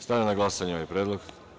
Stavljam na glasanje ovaj predlog.